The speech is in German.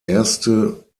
erste